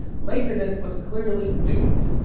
laserdisc was clearly doomed.